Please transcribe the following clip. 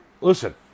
Listen